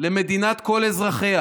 למדינת כל אזרחיה.